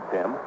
Tim